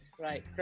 Right